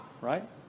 right